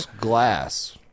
glass